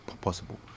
possible